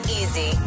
easy